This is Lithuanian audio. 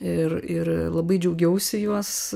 ir ir labai džiaugiausi juos